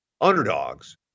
underdogs